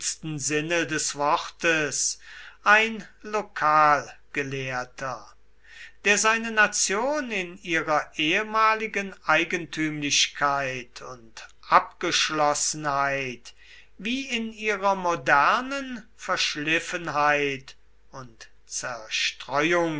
des wortes ein lokalgelehrter der seine nation in ihrer ehemaligen eigentümlichkeit und abgeschlossenheit wie in ihrer modernen verschliffenheit und zerstreuung